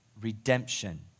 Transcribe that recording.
redemption